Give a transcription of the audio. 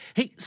Hey